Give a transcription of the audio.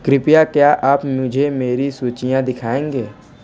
कृपया क्या आप मुझे मेरी सूचियाँ दिखाएँगे